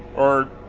or.